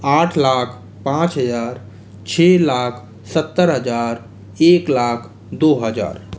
आठ लाख पाँच हजार छः लाख सत्तर हजार एक लाख दो हजार